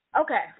Okay